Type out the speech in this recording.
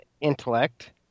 intellect